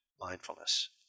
Mindfulness